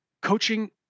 Coaching